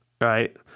right